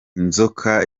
inzoka